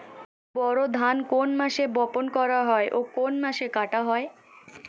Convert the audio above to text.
বোরো ধান কোন মাসে বপন করা হয় ও কোন মাসে কাটা হয়?